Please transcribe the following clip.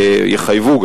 גם יחייבו,